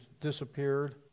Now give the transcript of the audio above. disappeared